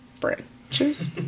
branches